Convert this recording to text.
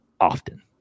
often